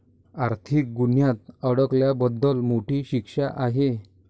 आर्थिक गुन्ह्यात अडकल्याबद्दल मोठी शिक्षा आहे